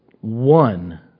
one